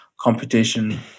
computation